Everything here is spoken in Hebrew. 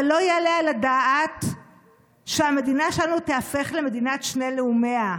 אבל לא יעלה על הדעת שהמדינה שלנו תיהפך למדינת שני לאומיה.